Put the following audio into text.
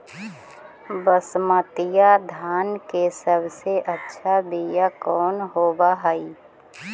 बसमतिया धान के सबसे अच्छा बीया कौन हौब हैं?